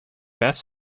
best